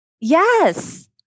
Yes